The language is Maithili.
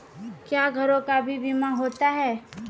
क्या घरों का भी बीमा होता हैं?